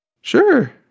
Sure